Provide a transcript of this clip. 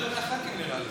יותר מהח"כים, נראה לי.